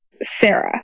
Sarah